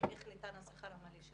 איך ניתן השכר המלא שלהם.